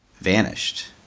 vanished